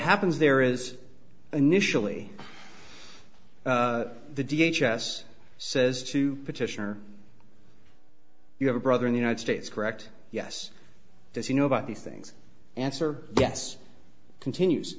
happens there is initially the d h s s says to petitioner you have a brother in the united states correct yes does he know about these things answer yes continues